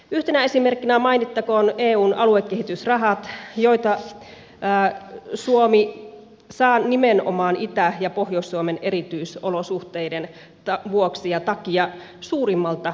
yhtenä esimerkkinä mainittakoon eun aluekehitysrahat joita suomi saa nimenomaan suurimmalta osin itä ja pohjois suomen erityisolosuhteiden vuoksi ja takia